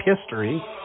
history